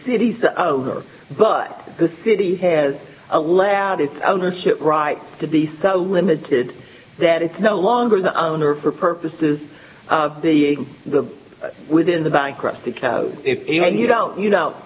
cities are but the city has allowed its ownership rights to be so limited that it's no longer the owner for purposes of the the within the bankruptcy code if you don't you know